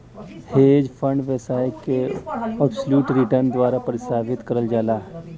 hedge fund व्यवसाय के absolute return द्वारा परिभाषित करल जाला